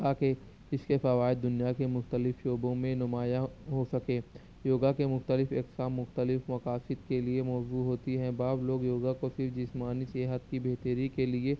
تا کہ اس کے فوائد دنیا کے مختلف شعبوں میں نمایاں ہو سکیں یوگا کے مختلف اقسام مختلف مقاصد کے لیے موزوں ہوتی ہیں بعض لوگ یوگا کو صرف جسمانی صحت کی بہتری کے لیے